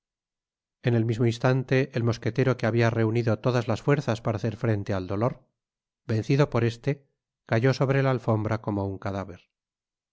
en el mismo instante el mosquetero que habia reunido todas las fuerzas para hacer frente al dolor vencido por este cayó sobre la alfombra como un cadáver